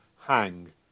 hang